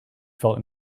felt